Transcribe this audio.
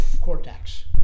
cortex